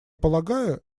полагаю